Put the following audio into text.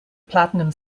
platinum